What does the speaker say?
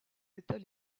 étaient